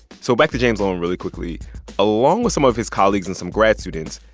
so back to james loewen really quickly along with some of his colleagues and some grad students,